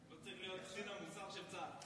לא צריך להיות קצין המוסר של צה"ל.